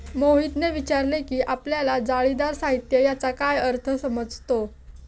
मोहितने विचारले की आपल्याला जाळीदार साहित्य याचा काय अर्थ समजतो?